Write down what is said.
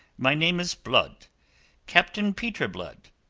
my name is blood captain peter blood,